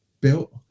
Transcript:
built